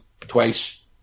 twice